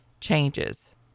changes